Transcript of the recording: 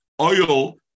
Oil